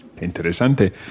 Interesante